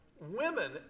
women